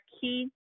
key